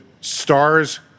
stars